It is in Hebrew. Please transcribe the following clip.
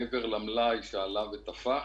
מעבר למלאי שעלה ותפח,